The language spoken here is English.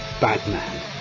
Batman